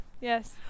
Yes